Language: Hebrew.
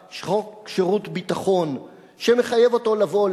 שירות ביטחון לשירות חובה שמחייב אותו לבוא,